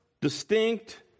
distinct